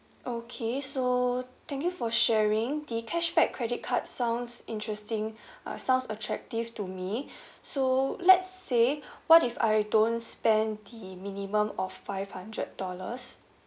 okay so thank you for sharing the cashback credit card sounds interesting uh sounds attractive to me so let's say what if I don't spend the minimum of five hundred dollars